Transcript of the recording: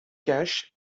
cash